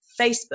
Facebook